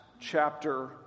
chapter